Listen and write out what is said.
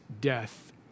death